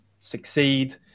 succeed